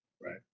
right